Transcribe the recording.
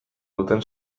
duten